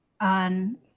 on